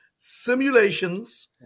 Simulations